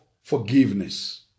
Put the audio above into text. forgiveness